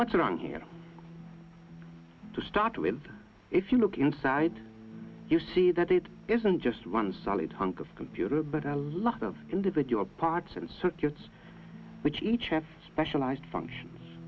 around here to start with if you look inside you see that it isn't just one solid hunk of computer a lot of individual parts and circuits which each have specialized functions